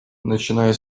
начиная